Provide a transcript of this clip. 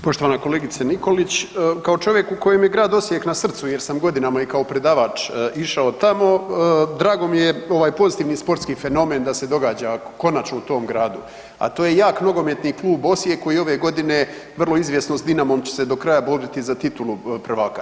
Poštovana kolegice Nikolić, kao čovjek u kojem je grad Osijek na srcu jer sam godinama i kao predavač išao tamo, drago mi je ovaj pozitivni sportski fenomen da se događa konačno u tom gradu a to je jak nogometni klub Osijek koji ove godine vrlo izvjesno s Dinamom će se do kraja boriti za titulu prvaka.